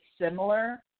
similar